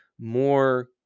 more